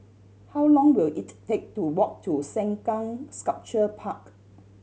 how long will it take to walk to Sengkang Sculpture Park